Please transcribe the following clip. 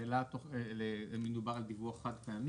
השאלה האם מדובר על דיווח חד פעמי?